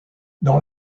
dans